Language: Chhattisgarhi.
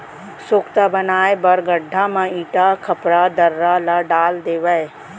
सोख्ता बनाए बर गड्ढ़ा म इटा, खपरा, दर्रा ल डाल देवय